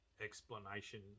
explanation